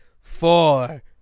four